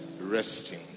resting